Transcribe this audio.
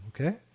Okay